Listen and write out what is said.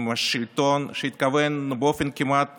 עם שלטון שהתכוון באופן כמעט